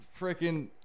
freaking